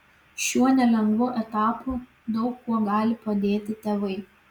šiuo nelengvu etapu daug kuo gali padėti tėvai